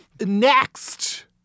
Next